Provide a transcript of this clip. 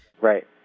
Right